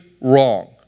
wrong